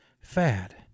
fad